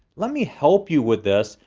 let me help you with this.